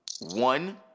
one-